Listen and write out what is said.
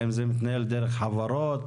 האם זה מתנהל דרך חברות,